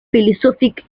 philosophic